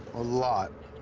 a lot.